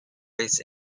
was